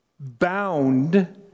bound